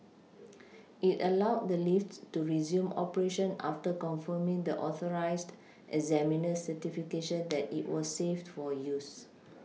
it allowed the lift to resume operation after confirming the authorised examiner's certification that it was safe for use